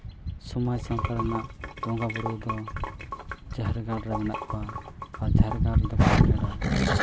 ᱥᱚᱢᱟᱡᱽ ᱥᱟᱶᱛᱟ ᱨᱮᱱᱟᱜ ᱵᱚᱸᱜᱟ ᱵᱩᱨᱩ ᱫᱚ ᱡᱟᱦᱮᱨ ᱜᱟᱲ ᱨᱮ ᱢᱮᱱᱟᱜ ᱠᱚᱣᱟ ᱟᱨ ᱡᱟᱦᱮᱨ ᱜᱟᱲ ᱨᱮᱫᱚ ᱵᱟᱵᱚᱱ